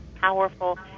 powerful